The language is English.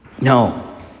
No